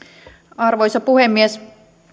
arvoisa puhemies